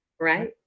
Right